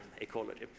ecology